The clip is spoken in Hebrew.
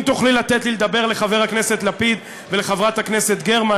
אם תוכלי לתת לי לדבר לחבר הכנסת לפיד ולחברת הכנסת גרמן,